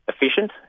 Efficient